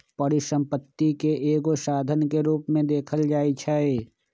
परिसम्पत्ति के एगो साधन के रूप में देखल जाइछइ